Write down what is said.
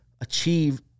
achieve